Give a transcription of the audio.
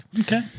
Okay